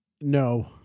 No